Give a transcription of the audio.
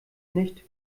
nicht